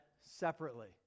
separately